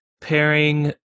pairing